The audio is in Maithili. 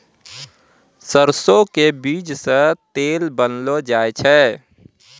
सरसों के बीज सॅ तेल बनैलो जाय छै